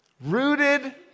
Rooted